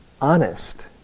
honest